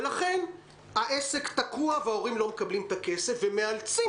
לכן העסק תקוע והורים לא מקבלים את הכסף ומאלצים